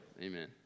Amen